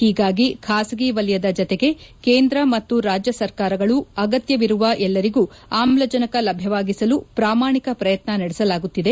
ಹೀಗಾಗಿ ಖಾಸಗಿ ವಲಯದ ಜತೆಗೆ ಕೇಂದ್ರ ಮತ್ತು ರಾಜ್ಯ ಸರ್ಕಾರಗಳು ಆಗತ್ನವಿರುವ ಎಲ್ಲರಿಗೂ ಆಮ್ಲಜನಕ ಲಭ್ಯವಾಗಿಸಲು ಪ್ರಮಾಣಿಕ ಪ್ರಯತ್ನ ನಡೆಸಲಾಗುತ್ತಿದೆ